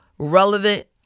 relevant